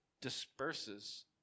disperses